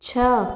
छः